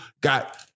got